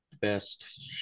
best